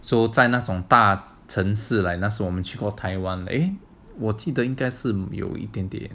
so 在那种大城市 like 那时我们去过 taiwan 我记得应该是有一点